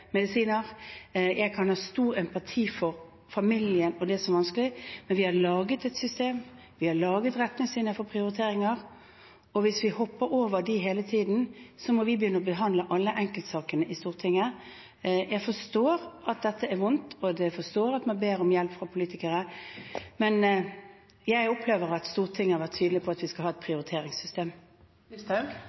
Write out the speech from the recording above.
Jeg kan ha stor empati med familien og det som er vanskelig, men vi har laget et system, vi har laget retningslinjer for prioriteringer, og hvis vi hele tiden hopper over dem, må vi begynne å behandle alle enkeltsakene i Stortinget. Jeg forstår at dette er vondt, og at man ber om hjelp fra politikere, men jeg opplever at Stortinget har vært tydelig på at vi skal ha et